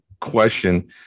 question